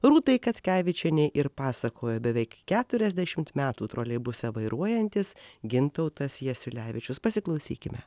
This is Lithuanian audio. rūtai katkevičienei ir pasakojo beveik keturiasdešimt metų troleibusą vairuojantis gintautas jasiulevičius pasiklausykime